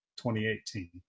2018